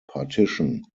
partition